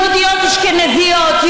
יהודיות אשכנזיות,